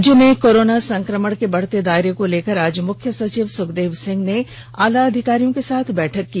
राज्य में कोरोना संकमण के बढ़ते दायरे को लेकर आज मुख्य सचिव सुखदेव सिंह ने आलाधिकारियों के साथ बैठक की